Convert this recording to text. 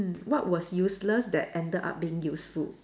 what was useless that ended up being useful